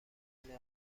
نرمن